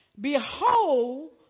behold